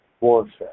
warfare